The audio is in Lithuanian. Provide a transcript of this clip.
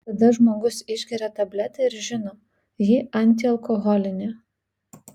tada žmogus išgeria tabletę ir žino ji antialkoholinė